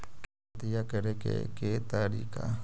खेतिया करेके के तारिका?